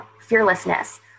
fearlessness